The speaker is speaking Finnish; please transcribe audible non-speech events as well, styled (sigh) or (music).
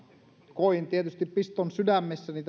koin tietysti piston sydämessäni (unintelligible)